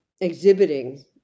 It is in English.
exhibiting